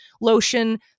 lotion